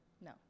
No